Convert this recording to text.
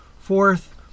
Fourth